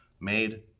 made